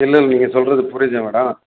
இல்லயில்ல நீங்கள் சொல்கிறது புரியுது மேடம்